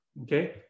okay